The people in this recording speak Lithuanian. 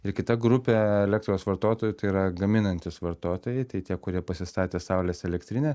ir kita grupė elektros vartotojų tai yra gaminantys vartotojai tai tie kurie pasistatė saulės elektrinę